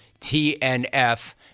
TNF